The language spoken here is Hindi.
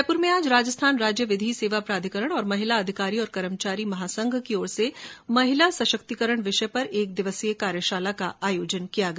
जयपूर में आज राजस्थान राज्य विधि सेवा प्राधिकरण और महिला अधिकारी और कर्मचारी महासंघ की ओर से महिला सशक्तिकरण विषय पर एक दिवसीय कार्यशाला का आयोजन किया गया